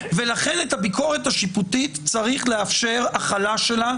ולכן צריך לאפשר החלה של הביקורת השיפוטית